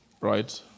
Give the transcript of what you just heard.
Right